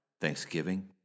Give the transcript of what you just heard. Thanksgiving